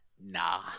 nah